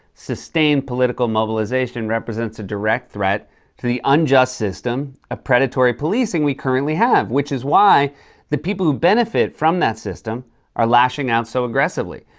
sustained political mobilization represents a direct threat to the unjust system of predatory policing we currently have, which is why the people who benefit from that system are lashing out so aggressively,